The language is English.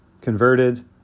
converted